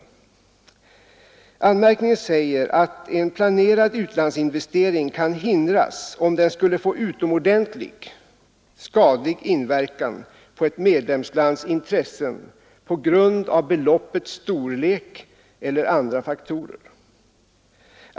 I anmärkningen sägs att en planerad utlandsinvestering kan hindras om den skulle få utomordentligt skadlig inverkan på ett medlemslands intressen på grund av beloppets storlek eller andra faktorer.